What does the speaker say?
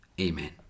amen